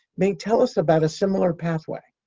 may tell us about a similar pathway,